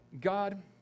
God